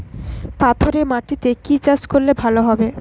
পাথরে মাটিতে কি চাষ করলে ভালো হবে?